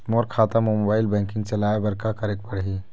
मोर खाता मा mobile banking चलाए बर का करेक पड़ही?